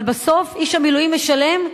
אבל בסוף איש המילואים משלם על